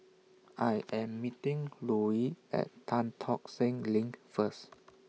I Am meeting Louie At Tan Tock Seng LINK First